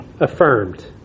affirmed